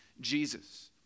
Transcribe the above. Jesus